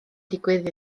digwydd